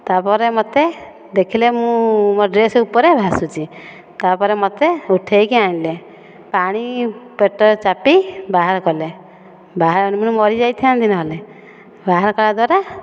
ତାପରେ ମୋତେ ଦେଖିଲେ ମୁଁ ମୋ ଡ୍ରେସ୍ ଉପରେ ଭାସୁଛି ତାପରେ ମୋତେ ଉଠେଇକି ଆଣିଲେ ପାଣି ପେଟରେ ଚାପି ବାହାର କଲେ ବାହାର ମରିଯାଇଥାନ୍ତି ନହେଲେ ବାହାର କରିବା ଦ୍ୱାରା